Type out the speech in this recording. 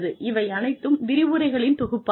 இவை அனைத்தும் விரிவுரைகளின் தொகுப்பாகும்